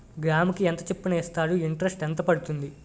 గ్రాముకి ఎంత చప్పున ఇస్తారు? ఇంటరెస్ట్ ఎంత పడుతుంది?